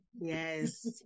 Yes